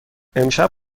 امشب